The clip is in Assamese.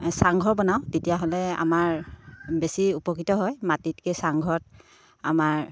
চাংঘৰ বনাওঁ তেতিয়াহ'লে আমাৰ বেছি উপকৃত হয় মাটিতকৈ চাংঘৰত আমাৰ